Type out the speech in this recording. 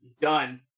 Done